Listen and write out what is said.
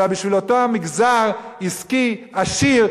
אלא בשביל אותו מגזר עסקי עשיר,